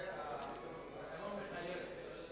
התקנון מחייב.